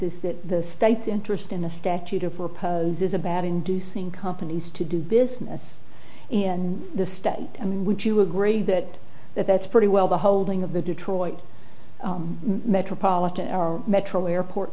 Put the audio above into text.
is that the state's interest in a statute or propose is about inducing companies to do business in the state i mean would you agree that that's pretty well the holding of the detroit metropolitan our metro airport